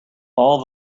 all